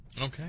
Okay